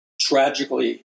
tragically